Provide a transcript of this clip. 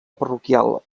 parroquial